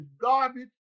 garbage